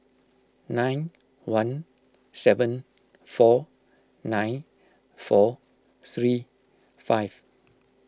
nine one seven four nine four three five